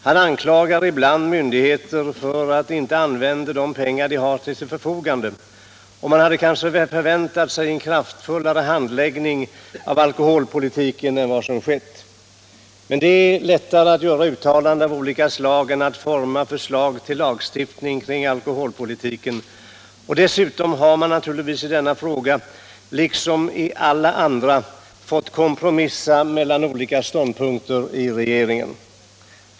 Han anklagar ibland myndigheter för att inte använda de pengar de har till sitt förfogande, och man hade då kanske förväntat sig en kraftfullare handläggning av alkoholpolitiken än vad som skett. Men det är lättare att göra uttalanden av olika slag än att forma förslag till lagstiftning kring alkoholpolitiken. Och dessutom har man naturligtvis i denna fråga liksom i alla andra fått kompromissa mellan olika ståndpunkter i regeringen.